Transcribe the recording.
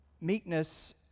meekness